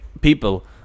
people